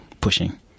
pushing